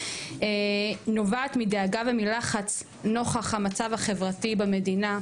נובעת מדאגה ומלחץ נוכח המצב החברתי במדינה.